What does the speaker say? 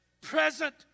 present